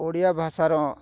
ଓଡ଼ିଆ ଭାଷାର